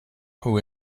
who